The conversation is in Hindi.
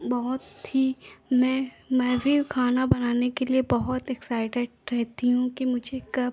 बहुत ही मैं मैं भी खाना बनाने के लिए बहुत एक्साइटेड रहती हूँ कि मुझे कब